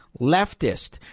leftist